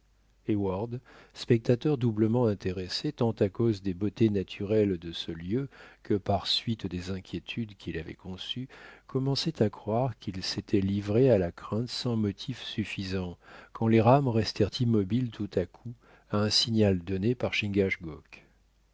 spectateur doublement intéressé tant à cause des beautés naturelles de ce lieu que par suite des inquiétudes qu'il avait conçues commençait à croire qu'il s'était livré à la crainte sans motif suffisant quand les rames restèrent immobiles tout à coup à un signal donné par